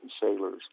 sailors